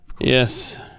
Yes